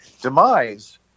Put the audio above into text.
demise